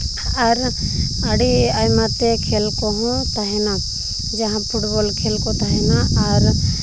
ᱟᱨ ᱟᱹᱰᱤ ᱟᱭᱢᱟ ᱛᱮ ᱠᱷᱮᱞ ᱠᱚᱦᱚᱸ ᱛᱟᱦᱮᱱᱟ ᱡᱟᱦᱟᱸ ᱯᱷᱩᱴᱵᱚᱞ ᱠᱷᱮᱞ ᱠᱚ ᱛᱟᱦᱮᱱᱟ ᱟᱨ